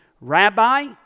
Rabbi